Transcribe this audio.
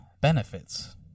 benefits